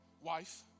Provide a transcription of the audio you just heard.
wife